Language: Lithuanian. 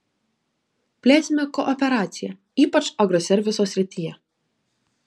plėsime kooperaciją ypač agroserviso srityje